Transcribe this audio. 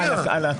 אהה, על התשלום.